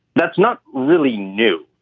that's not really new.